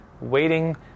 waiting